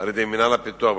על-ידי מינהל הפיתוח במשרד.